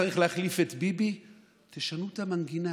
"צריך להחליף את ביבי" תשנו את המנגינה.